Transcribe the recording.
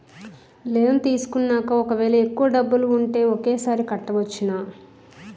Loan తీసుకున్నాక ఒకవేళ ఎక్కువ డబ్బులు ఉంటే ఒకేసారి కట్టవచ్చున?